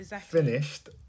finished